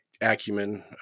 acumen